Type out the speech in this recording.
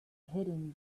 hidden